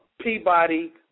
Peabody